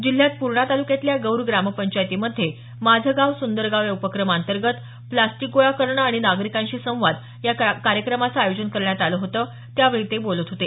जिल्ह्यात पूर्णा तालुक्यातल्या गौर ग्रामपंचायतीमध्ये माझं गाव सुंदर गाव या उपक्रमांतर्गत प्लास्टिक गोळा करणं आणि नागरिकांशी संवाद या कार्यक्रमाचं आयोजन करण्यात आलं होतं त्यावेळी ते बोलत होते